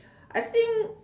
I think